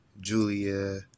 julia